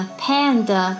panda